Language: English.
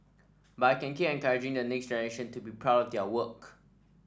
but I can keep encouraging the next generation to be proud of their work